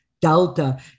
Delta